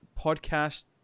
podcast